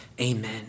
Amen